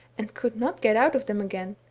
and could not get out of them again,